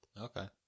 Okay